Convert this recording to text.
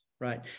right